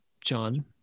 John